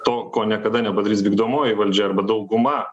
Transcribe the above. to ko niekada nepadarys vykdomoji valdžia arba dauguma